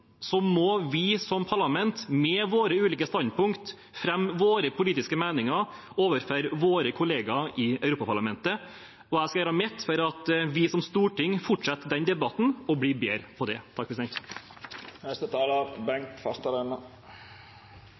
må vi som parlament med ulike standpunkt fremme våre politiske meninger overfor kollegaer i Europaparlamentet. Jeg skal gjøre mitt for at vi som storting fortsetter den debatten og blir bedre på det.